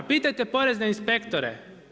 A pitajte porezne inspektore.